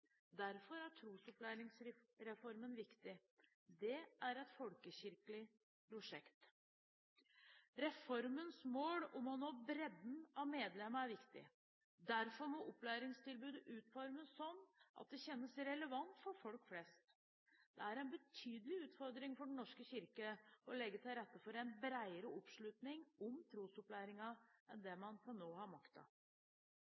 Derfor er trosopplæringsreformen viktig. Den er et folkekirkeprosjekt. Reformens mål om å nå bredden av medlemmene er viktig. Derfor må opplæringstilbudet utformes slik at det kjennes relevant for folk flest. Det er en betydelig utfordring for Den norske kirke å legge til rette for en bredere oppslutning om trosopplæringen enn det